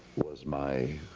was my,